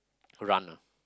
run ah